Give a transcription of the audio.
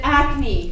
acne